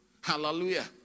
Hallelujah